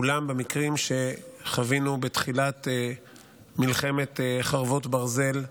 אולם במקרים שחווינו בתחילת מלחמת חרבות ברזל,